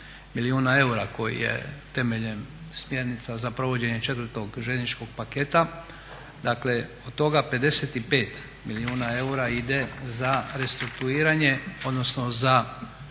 milijuna eura koji je temeljem smjernica za provođenje četvrtog željezničkog paketa, dakle od toga 55 milijuna eura ide za restrukturiranje odnosno za